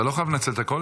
אתה לא חייב לנצל את הכול,